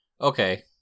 Okay